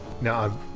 Now